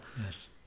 Yes